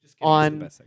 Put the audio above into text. on